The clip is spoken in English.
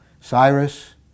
Cyrus